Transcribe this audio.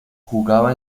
jugaba